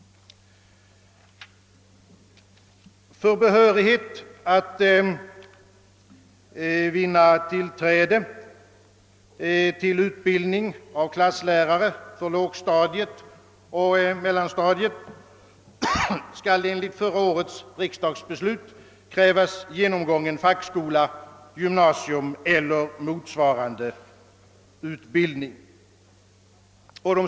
För behörighet att vinna tillträde till utbildning av klasslärare för lågstadiet och mellanstadiet skall enligt förra årets riksdagsbeslut krävas genomgången fackskola, gymnasium eller motsvarande utbildning.